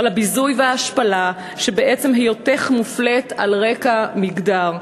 על הביזוי וההשפלה שבעצם היותך מופלית על רקע מגדר.